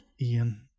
Ian